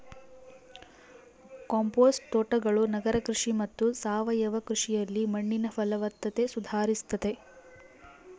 compost ತೋಟಗಳು ನಗರ ಕೃಷಿ ಮತ್ತು ಸಾವಯವ ಕೃಷಿಯಲ್ಲಿ ಮಣ್ಣಿನ ಫಲವತ್ತತೆ ಸುಧಾರಿಸ್ತತೆ